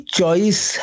choice